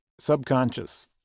subconscious